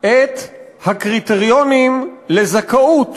את הקריטריונים לזכאות